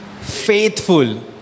faithful